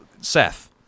Seth